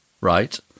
right